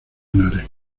henares